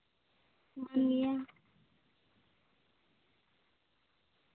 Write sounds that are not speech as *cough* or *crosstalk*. *unintelligible*